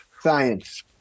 Science